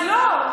אז לא.